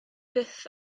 byth